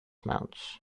mounts